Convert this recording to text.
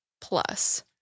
plus